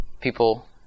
people